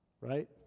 right